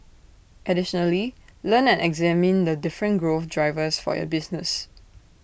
additionally learn and examine the different growth drivers for your business